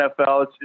NFL